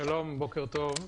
שלום, בוקר טוב.